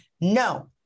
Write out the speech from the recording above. No